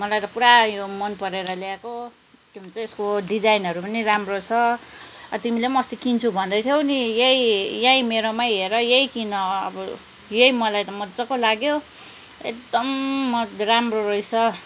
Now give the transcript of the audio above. मलाई त पुरा यो मनपरेर ल्याएको के भन्छ यसको डिजाइनहरू पनि राम्रो छ तिमीले पनि अस्ति किन्छु भन्दै थियौ नि यही यही मेरोमा हेर यही किन अब यही मलाई त मजाको लाग्यो एकदम मज राम्रो रहेछ